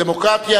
דמוקרטיה,